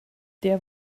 der